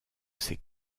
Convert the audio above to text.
ses